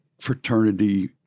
fraternity